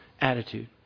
attitude